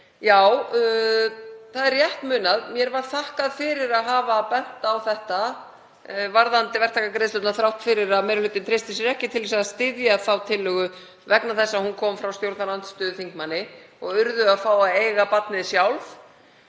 Já, það er rétt munað, mér var þakkað fyrir að hafa bent á þetta varðandi verktakagreiðslurnar þrátt fyrir að meiri hlutinn hefði ekki treyst sér til að styðja þá tillögu vegna þess að hún kom frá stjórnarandstöðuþingmanni og yrði að fá að eiga barnið sjálfur.